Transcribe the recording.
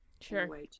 Sure